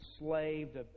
enslaved